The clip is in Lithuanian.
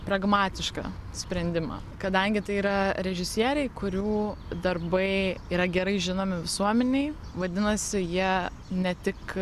pragmatišką sprendimą kadangi tai yra režisieriai kurių darbai yra gerai žinomi visuomenei vadinasi jie ne tik